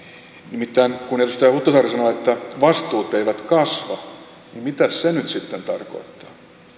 nimittäin kun edustaja huhtasaari sanoi että vastuut eivät kasva niin mitäs se nyt sitten tarkoittaa